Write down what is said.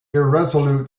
irresolute